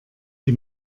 die